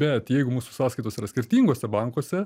bet jeigu mūsų sąskaitos yra skirtinguose bankuose